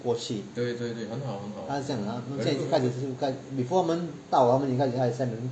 过去它是这样的现在开始 before 他们到他们已经开始开始 send 人